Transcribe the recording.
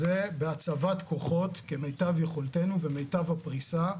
הצבת כוחות כמיטב יכולתנו ומיטב הפריסה.